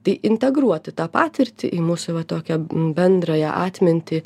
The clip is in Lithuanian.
tai integruoti tą patirtį į mūsų va tokią bendrąją atmintį